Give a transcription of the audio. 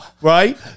right